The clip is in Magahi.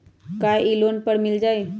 का इ लोन पर मिल जाइ?